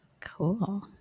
Cool